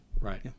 Right